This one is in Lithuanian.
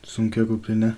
sunkia kuprine